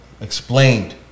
Explained